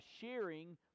sharing